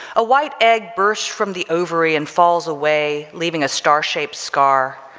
a white egg burst from the ovary and falls away leaving a star-shaped scar,